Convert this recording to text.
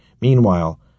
Meanwhile